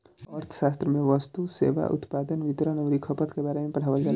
अर्थशास्त्र में वस्तु, सेवा, उत्पादन, वितरण अउरी खपत के बारे में पढ़ावल जाला